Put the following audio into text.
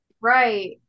Right